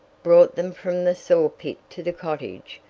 brought them from the saw-pit to the cottage,